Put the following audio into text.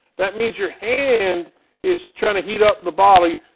that means your hand is trying to heat up the bottle.